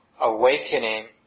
awakening